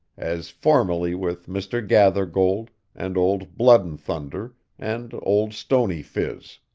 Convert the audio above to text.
as formerly with mr. gathergold, and old blood-and-thunder, and old stony phiz.